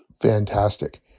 fantastic